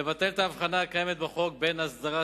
לבטל את ההבחנה הקיימת בחוק בין הסדרת